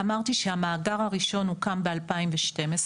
אמרתי שהמאגר הראשון הוקם ב-2012,